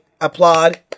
applaud